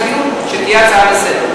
ירצה לקיים את הדיון, שתהיה הצעה לסדר-היום.